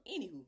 anywho